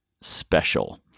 special